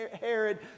Herod